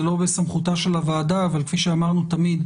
זה לא בסמכותה של הוועדה, אבל כפי שאמרנו תמיד,